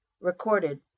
Recorded